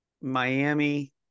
Miami